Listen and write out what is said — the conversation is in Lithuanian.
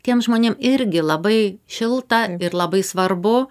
tiem žmonėm irgi labai šilta ir labai svarbu